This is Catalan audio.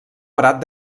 parat